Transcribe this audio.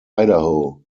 idaho